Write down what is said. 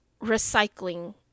recycling